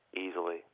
easily